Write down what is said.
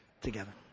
together